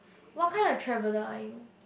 what kind of traveler are you